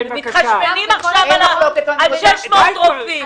מתחשבנים עכשיו על 600 רופאים.